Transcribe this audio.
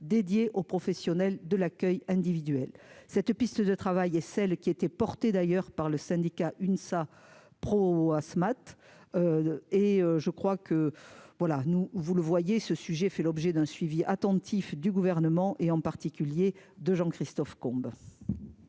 dédié aux professionnels de l'accueil individuel cette piste de travail et celle qui étaient portés d'ailleurs par le syndicat Unsa-pro ce et je crois que, voilà, nous vous le voyez, ce sujet fait l'objet d'un suivi attentif du gouvernement et en particulier de Jean-Christophe Combe.